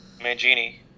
Mangini